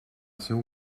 seu